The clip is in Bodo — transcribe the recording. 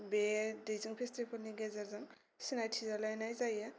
बे दैजिं फेसटिवेलनि गेजेरजों सिनायथि लालायनाय जायो